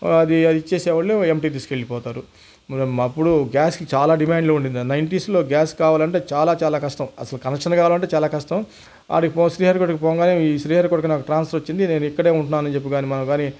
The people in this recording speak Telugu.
అది ఆ ఇచ్చే వాళ్ళు ఎంటి తీసుకెళ్ళిపోతారు అప్పుడు గ్యాస్కి చాలా డిమాండ్లో ఉన్నింది నైన్టీసులో గ్యాస్ కావాలంటే చాలా చాలా కష్టం అసలు కనెక్షన్ కావాలంటే చాలా కష్టం అది శ్రీహరికోటికి పోగానే శ్రీహరికోటకి నాకు ట్రాన్స్పర్ వచ్చింది నేను ఇక్కడే ఉంటున్నాను అని చెప్పి మనం కానీ